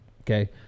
Okay